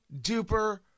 duper